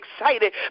excited